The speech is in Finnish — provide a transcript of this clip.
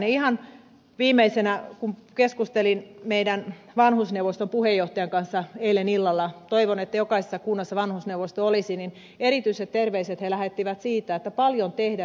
ihan viimeiseksi kun keskustelin meidän vanhusneuvostomme puheenjohtajan kanssa eilen illalla toivon että jokaisessa kunnassa vanhusneuvosto olisi niin erityiset terveiset he lähettivät siitä että paljon tehdään